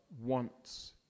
wants